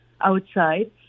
outside